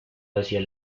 hacia